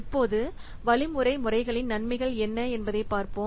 இப்போது வழிமுறை முறைகளின் நன்மைகள் என்ன என்பதைப் பார்ப்போம்